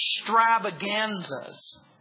extravaganzas